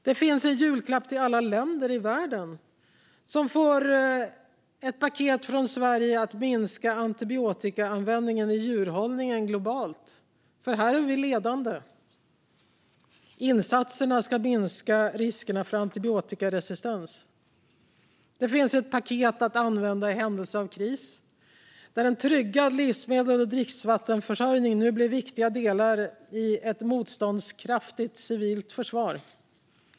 Det finns en julklapp till alla länder i världen med råd från Sverige om att minska antibiotikaanvändningen i djurhållningen globalt. Här är vi ledande. Insatserna ska minska risken för antibiotikaresistens. Det finns ett "paket att använda i händelse av kris". En tryggad livsmedels och dricksvattenförsörjning blir nu viktiga delar i ett motståndskraftigt civilt försvar.